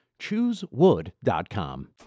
Choosewood.com